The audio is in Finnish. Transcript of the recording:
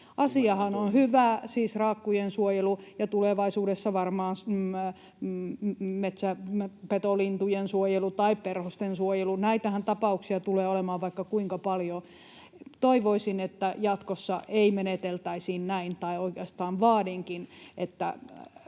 Asiahan on hyvä, siis raakkujen suojelu — ja tulevaisuudessa varmaan metsäpetolintujen suojelu tai perhosten suojelu. Näitä tapauksiahan tulee olemaan vaikka kuinka paljon. Toivoisin, että jatkossa ei meneteltäisi näin, tai oikeastaan vaadinkin, että